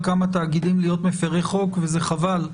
כמה תאגידים להיות מפרי חוק וזה חבל.